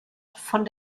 von